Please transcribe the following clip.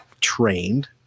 trained